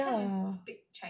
ya